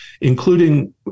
including